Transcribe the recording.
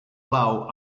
blau